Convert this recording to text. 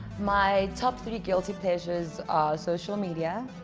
my top three guilty pleasures are social media.